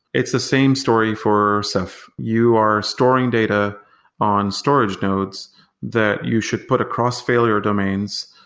it's the same story for ceph. you are storing data on storage nodes that you should put across failure domains,